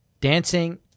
dancing